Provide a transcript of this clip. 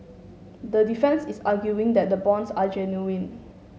the defence is arguing that the bonds are genuine